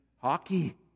hockey